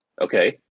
Okay